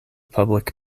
public